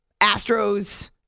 Astros